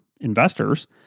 investors